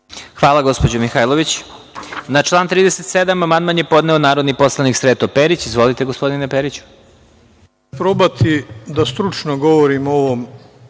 Hvala, gospođo Mihajlović. Na član 37. amandman je podneo narodni poslanik Sreto Perić. Izvolite. **Sreto Perić**